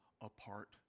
apart